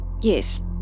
Yes